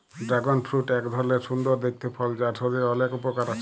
dragon fruit এক ধরলের সুন্দর দেখতে ফল যার শরীরের অলেক উপকার আছে